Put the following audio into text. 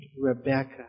Rebecca